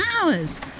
hours